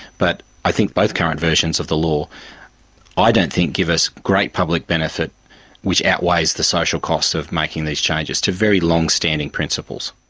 but i think both current versions of the law i don't think give us great public benefit which outweighs the social costs of making these changes to very long-standing principles.